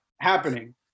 happening